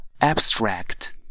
Abstract